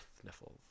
sniffles